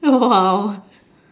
!wow!